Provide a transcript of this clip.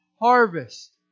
harvest